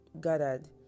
gathered